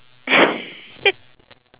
so he has to get it